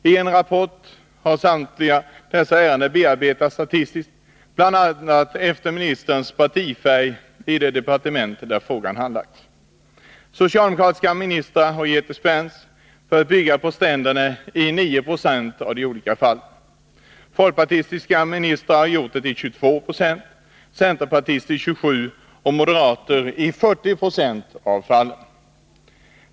I en rapport har samtliga dessa ärenden bearbetats statistiskt, bl.a. efter ministerns partifärg i det departement där frågan handlagts. Socialdemokratiska ministrar har givit dispens för att bygga på stränderna i 9 96 av fallen. Folkpartistiska ministrar har gjort det i22 Jo, centerpartistiska i 27 26 och moderata i 40 9 av fallen.